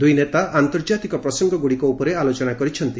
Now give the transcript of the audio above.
ଦୁଇ ନେତା ଆନ୍ତର୍ଜାତିକ ପ୍ରସଙ୍ଗଗୁଡ଼ିକ ଉପରେ ଆଲୋଚନା କରିଛନ୍ତି